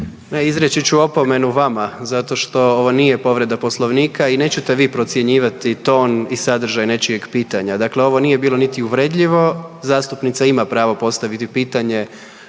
izreći ću opomenu vama zato što ovo nije povreda Poslovnika i nećete vi procjenjivati ton i sadržaj nečijeg pitanja. Dakle ovo nije bilo niti uvredljivo, zastupnica ima pravo postaviti pitanje